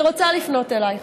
אני רוצה לפנות אלייך,